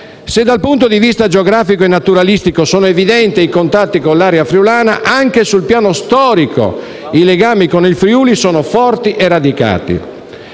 Se dal punto di vista geografico e naturalistico sono evidenti i contatti con l'area friulana, anche sul piano storico i legami con il Friuli sono forti e radicati.